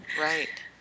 Right